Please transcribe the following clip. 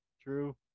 True